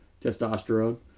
Testosterone